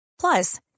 Plus